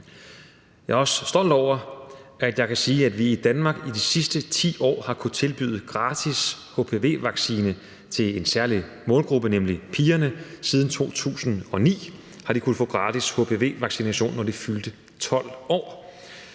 Jeg er også stolt over, at jeg kan sige, at vi i Danmark i de sidste 10 år har kunnet tilbyde gratis hpv-vaccination til en særlig målgruppe, nemlig pigerne. Siden 2009 har de kunnet få gratis hpv-vaccination, når de fyldte 12 år.